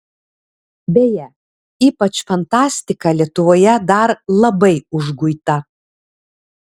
beje ypač fantastika lietuvoje dar labai užguita